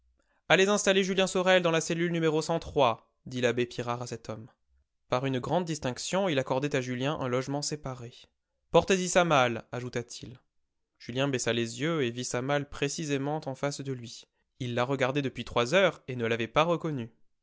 allez installer julien sorel dans la cellule no dit l'abbé pirard à cet homme par une grande distinction il accordait à julien un logement séparé portez y sa malle ajouta-t-il julien baissa les yeux et vit sa malle précisément en face de lui il la regardait depuis trois heures et ne l'avait pas reconnue